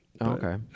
Okay